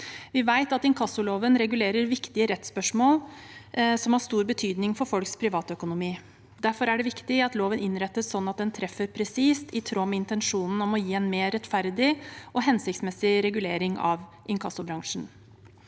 Vi vet at inkassoloven regulerer viktige rettsspørsmål som har stor betydning for folks privatøkonomi. Derfor er det viktig at loven innrettes sånn at den treffer presist i tråd med intensjonen om å gi en mer rettferdig og hensiktsmessig regulering av inkassobransjen.